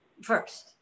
first